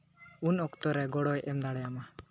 ᱩᱱ ᱚᱠᱛᱚ ᱨᱮ ᱜᱚᱲᱚᱭ ᱮᱢ ᱫᱟᱲᱮᱭᱟᱢᱟ